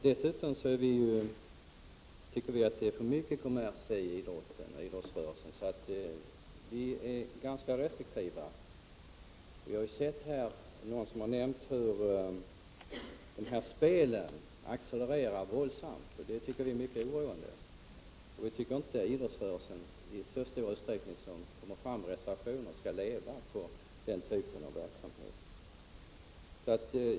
Dessutom tycker vi att det är för mycket kommers inom idrottsrörelsen, så vi är ganska restriktiva. Någon har nämnt hur våldsamt spelen accelererar. Det tycker vi är mycket oroande. Vi tycker inte att idrottsrörelsen i så stor utsträckning som kommer fram i reservationen skall leva på den typen av verksamhet.